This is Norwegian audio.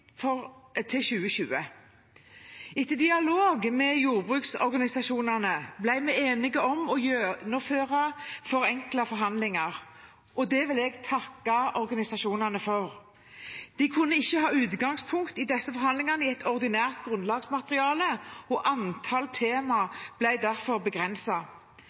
grunnlag til å lage ordinært grunnlagsmateriale med inntektsutvikling for 2020. Etter dialog med jordbruksorganisasjonene ble vi enige om å gjennomføre forenklede forhandlinger, og det vil jeg takke organisasjonene for. De kunne ikke i disse forhandlingene ta utgangspunkt i et ordinært grunnlagsmateriale, og antall tema ble derfor